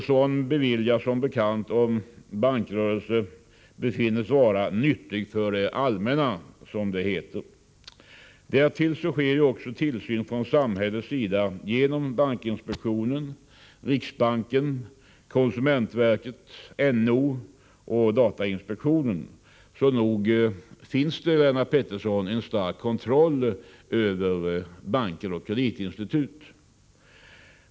Sådan beviljas som bekant om bankrörelse befinns vara nyttig för det allmänna, som det heter. Därtill sker också tillsyn från samhällets sida genom bankinspektionen, riksbanken, konsumentverket, NO och datainspektionen. Så nog finns det, Lennart Pettersson, en stark kontroll över banker och kreditinstitut.